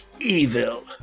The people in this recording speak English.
Evil